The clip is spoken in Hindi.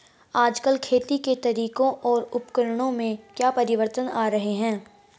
आजकल खेती के तरीकों और उपकरणों में क्या परिवर्तन आ रहें हैं?